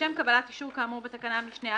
"לשם קבלת אישור כאמור בתקנת משנה (א),